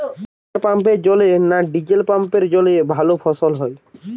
শোলার পাম্পের জলে না ডিজেল পাম্পের জলে ভালো ফসল হয়?